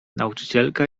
nauczycielka